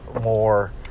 more